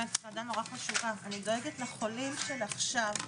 אני דואגת לחולים של עכשיו.